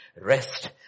rest